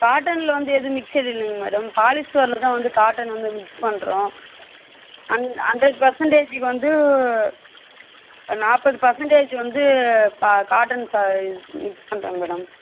காட்டன்ல வந்து எதுவும் மிக்ஸுடு இல்லைங்க மேடம் பாலிஸ்டர்ல தான் வந்து காட்டன் வந்து மிக்ஸ் பண்ணுறோம் ஹண் ஹண்ட்ரட் பர்சண்டேஜ்க்கு வந்து நாற்பது பர்சண்டேஜ் வந்து பா காட்டன் சா இ மிக்ஸ் பண்ணுறோங்க மேடம்